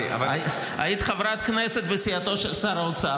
היית חברת כנסת בסיעתו של שר האוצר,